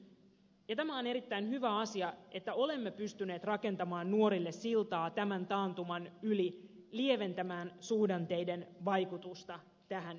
tämä on erittäin hyvä asia että olemme pystyneet rakentamaan nuorille siltaa tämän taantuman yli lieventämään suhdanteiden vaikutusta tähän ryhmään